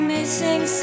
Missing